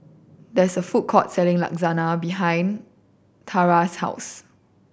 there is a food court selling Lasagne behind Tarah's house